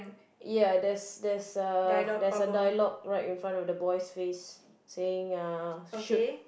ya there's there's a there's a dialogue right in front of the boy face saying uh shoot